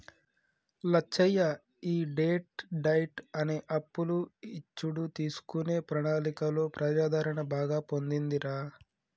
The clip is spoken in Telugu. లచ్చయ్య ఈ డెట్ డైట్ అనే అప్పులు ఇచ్చుడు తీసుకునే ప్రణాళికలో ప్రజాదరణ బాగా పొందిందిరా